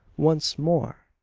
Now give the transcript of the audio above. once more!